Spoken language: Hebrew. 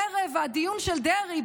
ערב הדיון של דרעי,